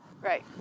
Right